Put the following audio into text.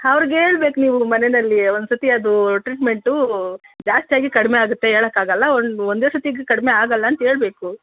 ಅವ್ರ್ಗ್ ಹೇಳ್ಬೇಕು ನೀವು ಮನೆಯಲ್ಲಿ ಒಂದ್ಸತಿ ಅದು ಟ್ರೀಟ್ಮೆಂಟು ಜಾಸ್ತಿ ಆಗಿ ಕಡಿಮೆ ಆಗುತ್ತೆ ಹೇಳಕ್ಕಾಗಲ್ಲ ಒಂದು ಒಂದೇ ಸತಿಗೆ ಕಡಿಮೆ ಆಗಲ್ಲ ಅಂತ ಹೇಳ್ಬೇಕು